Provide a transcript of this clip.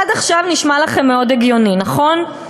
עד עכשיו נשמע לכם מאוד הגיוני, נכון?